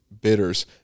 bitters